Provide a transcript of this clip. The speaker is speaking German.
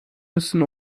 müssen